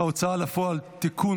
ההוצאה לפועל (תיקון,